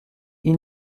ils